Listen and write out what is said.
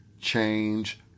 change